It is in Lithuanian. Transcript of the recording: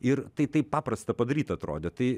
ir tai taip paprasta padaryt atrodė tai